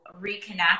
reconnect